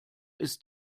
ist